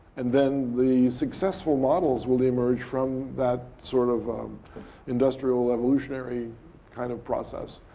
and then, the successful models will emerge from that sort of industrial, evolutionary kind of process.